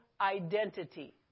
identity